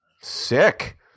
sick